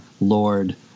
Lord